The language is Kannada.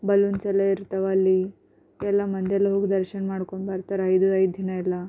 ಬಲೂನ್ಸ್ ಎಲ್ಲ ಇರ್ತಾವೆ ಅಲ್ಲಿ ಎಲ್ಲ ಮಂದಿರ್ಲೋಗಿ ದರ್ಶನ ಮಾಡ್ಕೊಂಡು ಬರ್ತಾರೆ ಇರು ಐದಿನ ಎಲ್ಲ